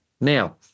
Now